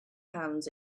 hands